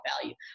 value